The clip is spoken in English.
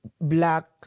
black